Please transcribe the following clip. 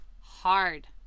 hard